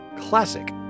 classic